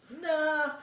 Nah